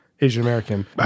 Asian-American